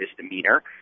misdemeanor